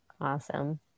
Awesome